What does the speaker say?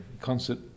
concert